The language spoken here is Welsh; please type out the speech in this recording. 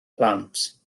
plant